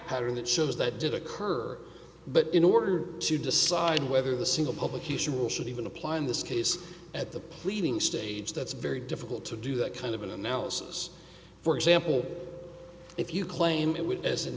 pattern that shows that did occur but in order to decide whether the single public usual should even apply in this case at the pleading stage that's very difficult to do that kind of analysis for example if you claim it as in